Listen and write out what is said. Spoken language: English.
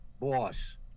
boss